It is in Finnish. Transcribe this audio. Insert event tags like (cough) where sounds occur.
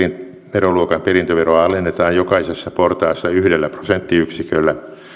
veroluokan perintöveroa alennetaan jokaisessa portaassa yhdellä prosenttiyksiköllä (unintelligible)